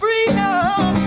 Freedom